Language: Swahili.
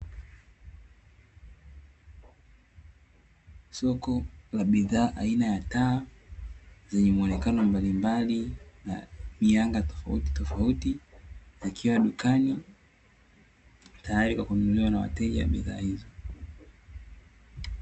Soko la bidhaa aina ya taa zenye muonekano mbalimbali na mianga tofautitofauti, yakiwa dukani tayari kwa kununuliwa na wateja wa bidhaa hizo.